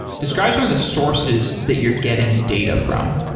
describe some of the sources that you're getting data from.